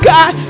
God